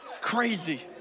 crazy